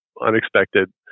unexpected